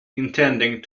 intending